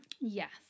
Yes